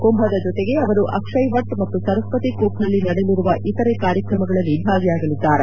ಕುಂಭದ ಜೊತೆಗೆ ಅವರು ಅಕ್ಷಯ್ವಣ್ ಮತ್ತು ಸರಸ್ನತಿ ಕೂಪ್ನಲ್ಲಿ ನಡೆಯಲಿರುವ ಇತರೆ ಕಾರ್ಯಕ್ರಮಗಳಲ್ಲೂ ಭಾಗಿಯಾಗಲಿದ್ದಾರೆ